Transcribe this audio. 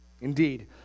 Indeed